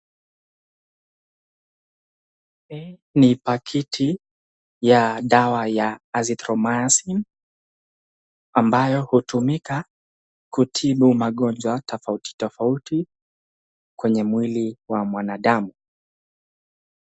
Hii ni pakiti ya dawa ya azithromycin ambayo hutumika kutibu magonjwa tofauti tofauti kwenye mwili wa mwanadamu.